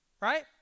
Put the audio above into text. right